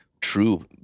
true